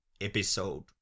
episode